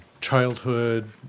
childhood